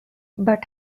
but